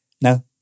No